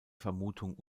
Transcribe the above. vermutung